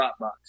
dropbox